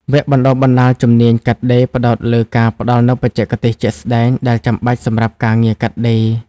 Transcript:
វគ្គបណ្តុះបណ្តាលជំនាញកាត់ដេរផ្តោតលើការផ្តល់នូវបច្ចេកទេសជាក់ស្តែងដែលចាំបាច់សម្រាប់ការងារកាត់ដេរ។